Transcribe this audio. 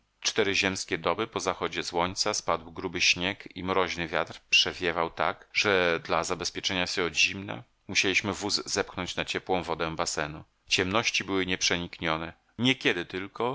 cztery ziemskie doby po zachodzie słońca spadł gruby śnieg i mroźny wiatr przewiewał tak że dla zabezpieczenia się od zimna musieliśmy wóz zepchnąć na ciepłą wodę basenu ciemności były nieprzeniknione niekiedy tylko